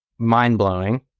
mind-blowing